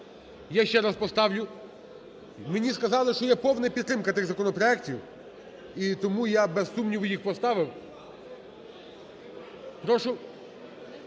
Я ще раз поставлю. Мені сказали, що є повна підтримка цих законопроектів, і тому я без сумніву їх поставив. Прошу.